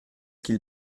qu’il